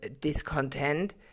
discontent